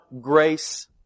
grace